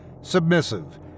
submissive